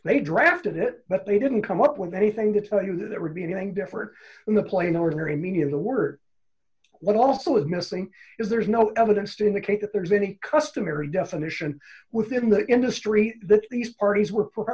they drafted it but they didn't come up with anything to tell you that there would be anything different in the plain ordinary meaning of the word what also is missing is there's no evidence to indicate that there's any customary definition within the industry that these parties were for